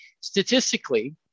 Statistically